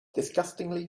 disgustingly